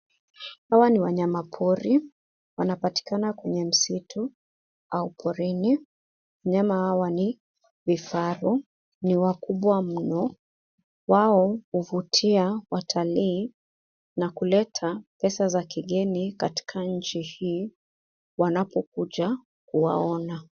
Hawa ni wanayama pori wanapatikana kwenye msitu au porini wanyama hawa ni vifaru ni wakubwa mno wao huvutia watalii na kuleta pesa ya kigeni katika nchi hii wanapokuja kuwaona.